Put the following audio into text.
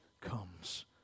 comes